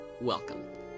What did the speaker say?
Welcome